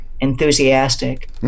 enthusiastic